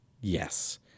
Yes